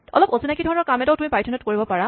অলপ অচিনাকী ধৰণৰ কাম এটাও তুমি পাইথনত কৰিব পাৰা